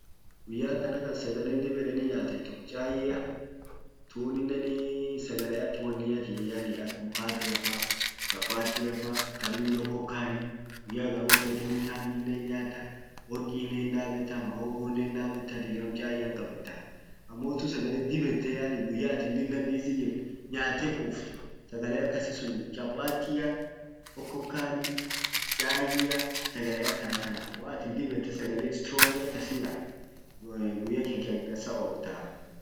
Guya akana ka sagalen dib yedeni nyatan tok chai tuninenii sagale ak wunniatii yani ak mkateafa, chapatifa, tadibin okokani guya agar hofetinen tambi hin nyata workinen hindabeta mahogonen hindabeta diram chaiyan qabeta amotu sagale dib yette yani guya atin lilla busy jirt nyate quft sagale akasi sun chapatia, okokani, chaiya sagale akan tana wo atin dib yette sagale strongi akasi nyat guya kanke akdansa olta.